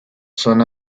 son